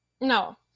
No